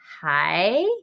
Hi